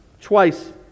twice